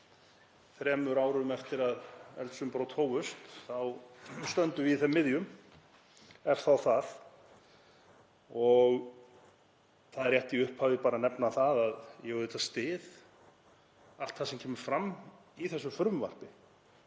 þremur árum eftir að eldsumbrot hófust þá stöndum við í þeim miðjum, ef þá það. Það er rétt í upphafi að nefna það að ég styð allt það sem kemur fram í þessu frumvarpi.